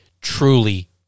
truly